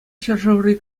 ҫӗршыври